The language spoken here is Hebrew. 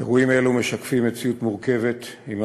אירועים אלו משקפים מציאות מורכבת שעמה